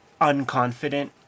unconfident